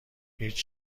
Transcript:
هیچ